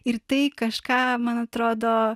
ir tai kažką man atrodo